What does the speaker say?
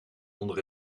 onder